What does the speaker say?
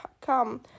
come